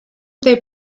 they